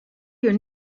your